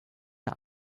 der